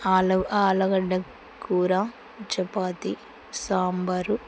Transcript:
ఆల ఆలుగడ్డ కూర చపాతి సాంబారు